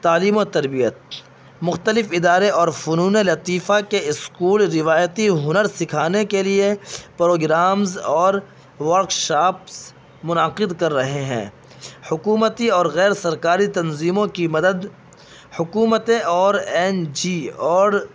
تعلیم و تربیت مختلف ادارے اور فنون لطیفہ کے اسکول روایتی ہنر سکھانے کے لیے پروگرامز اور ورک شاپس منعقد کر رہے ہیں حکومتی اور غیرسرکاری تنظیموں کی مدد حکومتیں اور این جی اور